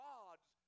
God's